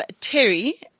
Terry